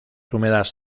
húmedas